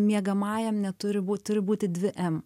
miegamajam neturi būt turi būti dvi em